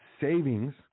savings